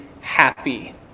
happy